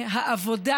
העבודה